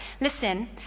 listen